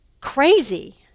crazy